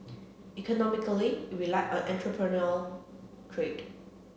economically it relied on entrepreneurial trade